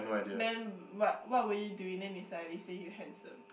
man what what were you doing then they suddenly say you handsome